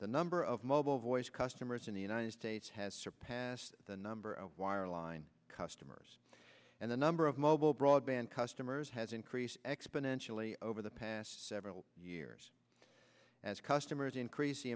the number of mobile voice customers in the united states has surpassed the number of wireline customers and the number of mobile broadband customers has increased exponentially over the past several years as customers increase the